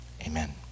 amen